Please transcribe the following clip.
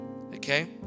Okay